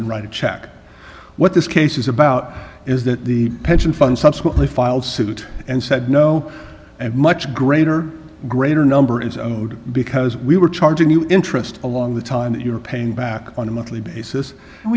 and write a check what this case is about is that the pension fund subsequently filed suit and said no and much greater greater number is owed because we were charging you interest along the time that you were paying back on a monthly basis and